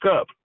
up